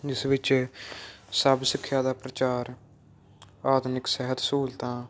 ਜਿਸ ਵਿੱਚ ਸਭ ਸਿੱਖਿਆ ਦਾ ਪ੍ਰਚਾਰ ਆਧੁਨਿਕ ਸਹਿਤ ਸਹੂਲਤਾਂ